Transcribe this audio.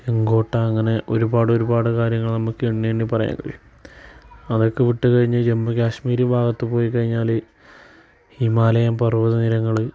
ചെങ്കോട്ട അങ്ങനെ ഒരുപാട് ഒരുപാട് കാര്യങ്ങൾ നമുക്ക് എണ്ണി എണ്ണി പറയാൻ കഴിയും അതൊക്കെ വിട്ട് കഴിഞ്ഞ് ജമ്മു കാശ്മീർ ഭാഗത്ത് പോയി കഴിഞ്ഞാൽ ഹിമാലയം പർവ്വത നിരകൾ